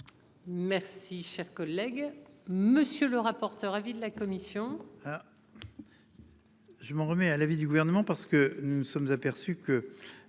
Merci cher collègue. Monsieur le rapporteur. Avis de la commission.